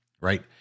Right